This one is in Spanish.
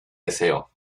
deseo